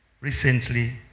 Recently